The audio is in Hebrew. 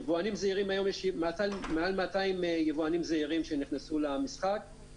יבואנים זעירים יש היום מעל 200 יבואנים זעירים שנכנסו למשחק,